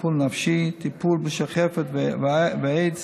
טיפול נפשי, טיפול בשחפת ואיידס